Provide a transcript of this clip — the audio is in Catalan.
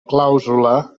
clàusula